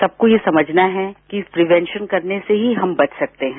सबको ये समझना है कि प्रिवेंशन करने से ही हम बच सकते हैं